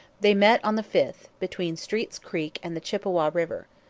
they met on the fifth, between street's creek and the chippawa river.